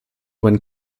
when